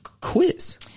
quiz